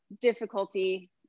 difficulty